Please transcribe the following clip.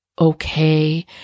okay